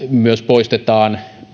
myös poistetaan